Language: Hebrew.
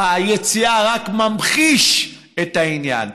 ביציאה, רק ממחיש את העניין.